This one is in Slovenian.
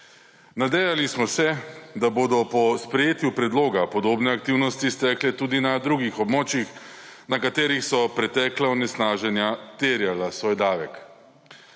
Nadejali smo se, da bodo po sprejetju predloga podobne aktivnosti stekle tudi na drugih območjih, na katerih so pretekla onesnaženja terjala svoj davek.